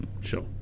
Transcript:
Sure